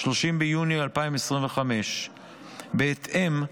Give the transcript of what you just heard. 30 ביוני 2025. בהתאם,